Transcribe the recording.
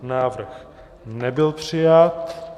Návrh nebyl přijat.